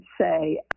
say